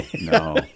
no